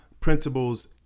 principles